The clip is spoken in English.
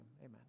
amen